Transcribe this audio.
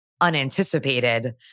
unanticipated